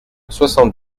soixante